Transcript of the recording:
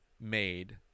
made